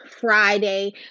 Friday